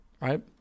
right